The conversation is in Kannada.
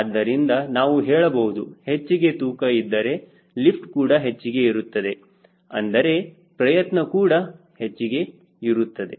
ಆದ್ದರಿಂದ ನಾವು ಹೇಳಬಹುದು ಹೆಚ್ಚಿಗೆ ತೂಕ ಇದ್ದರೆ ಲಿಫ್ಟ್ ಕೂಡ ಹೆಚ್ಚಿಗೆ ಇರುತ್ತದೆ ಅಂದರೆ ಪ್ರಯತ್ನ ಕೂಡ ಹೆಚ್ಚಿಗೆ ಇರುತ್ತದೆ